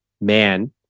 man